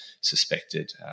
suspected